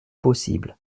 possible